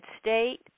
state